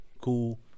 Cool